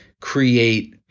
create